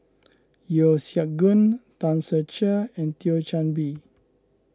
Yeo Siak Goon Tan Ser Cher and Thio Chan Bee